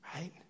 right